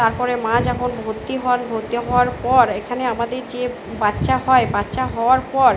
তারপরে মা যখন ভর্তি হন ভর্তি হওয়ার পর এখানে আমাদের যে বাচ্চা হয় বাচ্চা হওয়ার পর